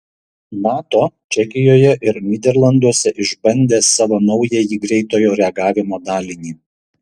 nato čekijoje ir nyderlanduose išbandė savo naująjį greitojo reagavimo dalinį